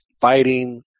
fighting